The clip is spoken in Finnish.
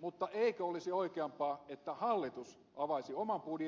mutta eikö olisi oikeampaa että hallitus avaisi oman budjettinsa